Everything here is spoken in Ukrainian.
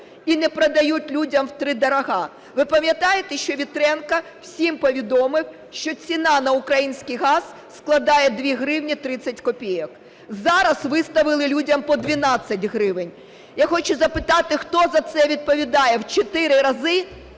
і не продають людям втридорога. Ви пам'ятаєте, що Вітренко всім повідомив, що ціна на український газ складає 2 гривні 30 копійок, зараз виставили людям по 12 гривень. Я хочу запитати: хто за це відповідає? В чотири